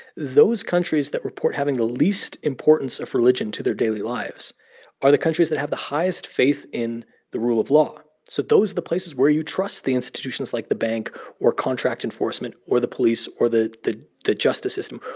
those countries that report having the least importance of religion to their daily lives are the countries that have the highest faith in the rule of law. so those are the places where you trust the institutions, like the bank or contract enforcement or the police or the the justice system.